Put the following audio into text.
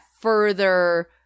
further